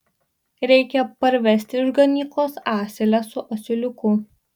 reikia parvesti iš ganyklos asilę su asiliuku